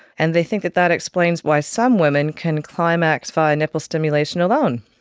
and they think that that explains why some women can climax via nipple stimulation alone.